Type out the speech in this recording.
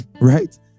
right